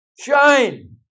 shine